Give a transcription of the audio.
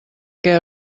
què